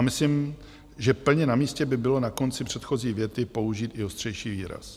Myslím, že plně namístě by bylo na konci předchozí věty použít i ostřejší výraz.